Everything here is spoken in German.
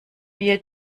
wir